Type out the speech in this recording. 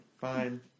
Fine